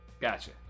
Gotcha